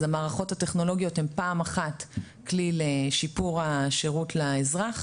אז המערכות הטכנולוגיות הן פעם אחת כלי לשיפור השירות לאזרח